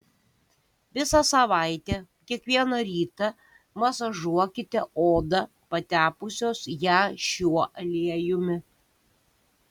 visą savaitę kiekvieną rytą masažuokite odą patepusios ją šiuo aliejumi